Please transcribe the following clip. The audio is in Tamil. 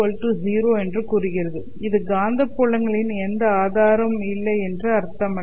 B' 0 என்று கூறுகிறது இது காந்தப்புலங்களின் எந்த ஆதாரம் இல்லை என்று அர்த்தமல்ல